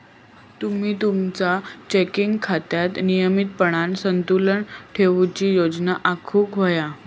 तुम्ही तुमचा चेकिंग खात्यात नियमितपणान संतुलन ठेवूची योजना आखुक व्हया